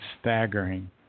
staggering